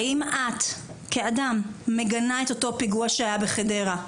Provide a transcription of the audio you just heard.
האם את, כאדם, מגנה את אותו פיגוע שהיה בחדרה?